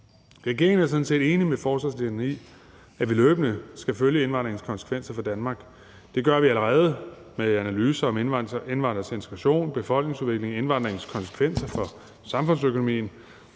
Regeringen er sådan set enig med forslagsstillerne i, at vi løbende skal følge indvandringens konsekvenser for Danmark. Det gør vi allerede med analyser af indvandrernes integration, befolkningsudviklingen og indvandringens konsekvenser for samfundsøkonomien.